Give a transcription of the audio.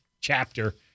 chapter